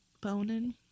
boning